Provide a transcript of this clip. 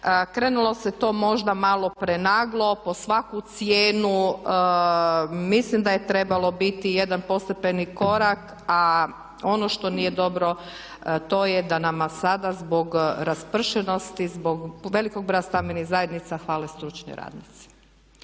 krenulo se to možda malo prenaglo, pod svaku cijenu. Mislim da je trebao biti jedan postepeni korak, a ono što nije dobro to je da nama sada zbog raspršenosti, zbog velikog broja stambenih zajednica fale stručni radnici.